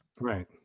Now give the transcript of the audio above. Right